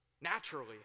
naturally